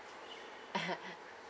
(uh huh)